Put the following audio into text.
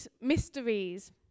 mysteries